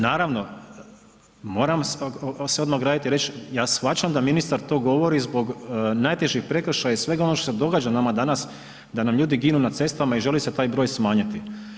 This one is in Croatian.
Naravno, moram se odmah ograditi i reći, ja shvaćam da ministar to govori zbog najtežih prekršaja i svega onoga što se događa nama danas, da nam ljudi ginu na cestama i želi se taj broj smanjiti.